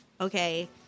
Okay